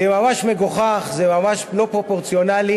זה ממש מגוחך, זה ממש לא פרופורציונלי.